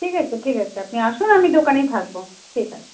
ঠিক আছে ঠিক আছে আপনি আসুন আমি দোকানেই থাকবো ঠিক আছে